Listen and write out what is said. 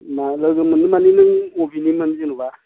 लोगो मोनो माने नों बबेनिमोन जेनेबा